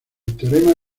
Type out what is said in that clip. teorema